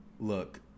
look